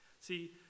See